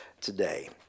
today